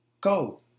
Go